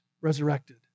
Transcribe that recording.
resurrected